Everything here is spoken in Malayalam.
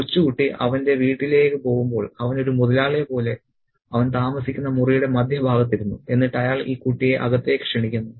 കൊച്ചുകുട്ടി അവന്റെ വീട്ടിലേക്ക് പോകുമ്പോൾ അവൻ ഒരു മുതലാളിയെപ്പോലെ അവൻ താമസിക്കുന്ന മുറിയുടെ മധ്യഭാഗത്ത് ഇരുന്നു എന്നിട്ട് അയാൾ ഈ കുട്ടിയെ അകത്തേക്ക് ക്ഷണിക്കുന്നു